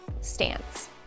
stance